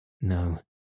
No